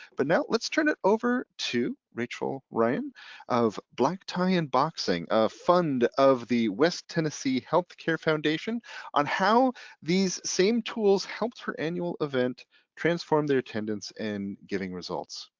but now let's turn it over to rachel ryan of black tie and boxing, a fund of the west tennessee health care foundation on how these same tools helped her annual event transform the attendance and giving results.